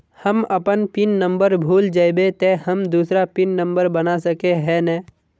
हम अपन PIN number भूल जयबे ते हम दूसरा पिन नंबर बना सके है नय?